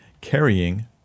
carrying